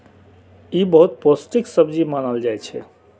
ई बहुत पौष्टिक सब्जी मानल जाइ छै